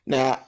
Now